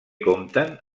compten